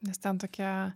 nes ten tokie